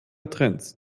trends